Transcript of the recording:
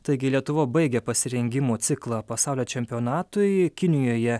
taigi lietuva baigė pasirengimo ciklą pasaulio čempionatui kinijoje